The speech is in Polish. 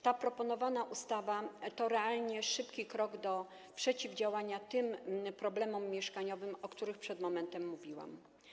Ta proponowana ustawa to realnie szybki krok na drodze do przeciwdziałania tym problemom mieszkaniowym, o których przed momentem mówiłam.